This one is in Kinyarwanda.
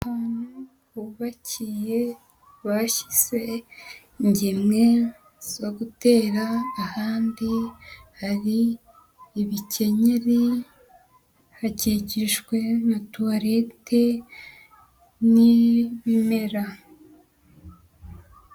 Ahantu hubakiye bashyitse ingemwe zo gutera, ahandi hari ibikenyeri, hakikijwe na tuwarete n'ibimera.